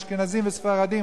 אשכנזים וספרדים,